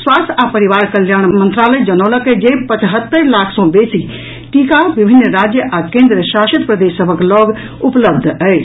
स्वास्थ्य आ परिवार कल्याण मंत्रालय जनौलक अछि जे पचहत्तरि लाख सँ बेसी टीका विभिन्न राज्य आ केंद्रशासित प्रदेश सभक लऽग उपलब्ध अछि